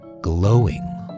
glowing